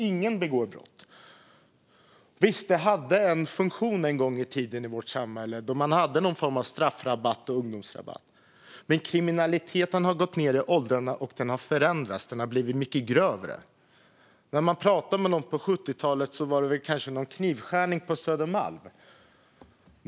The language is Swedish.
Ingen begår brott där. Visst, en gång i tiden hade någon form av straffrabatt och ungdomsrabatt en funktion i vårt samhälle. Men kriminaliteten har gått ned i åldrarna, och den har förändrats. Den har blivit mycket grövre. Man kan prata med någon om hur det var på 70-talet. Då var det kanske någon knivskärning på Södermalm.